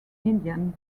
indian